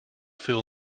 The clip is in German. für